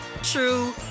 true